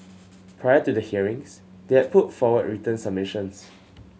prior to the hearings they had put forward written submissions